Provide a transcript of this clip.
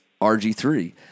RG3